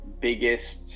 biggest